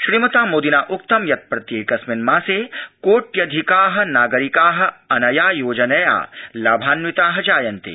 श्रीमता मोदिना उक्तं यत् प्रत्येकस्मिन् मासे कोट्यधिका नागरिका अनया योजनया लाभान्विता जायन्ते